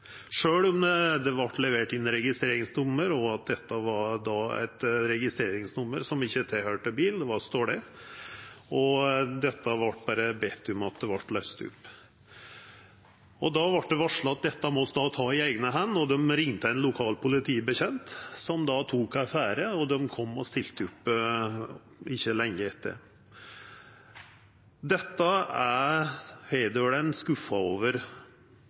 bilen – det var stole. Ein vart berre bedt om å løysa opp. Det vart varsla om at ein då ville ta dette i eigne hender, og ein ringde ein lokal politibetjent, som tok affære og stilte opp ikkje lenge etter. Dette er hedølane skuffa over,